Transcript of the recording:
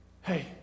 hey